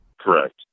Correct